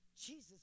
Jesus